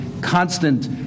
constant